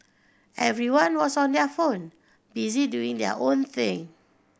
everyone was on their phone busy doing their own thing